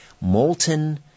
molten